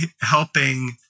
helping